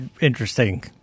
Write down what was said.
Interesting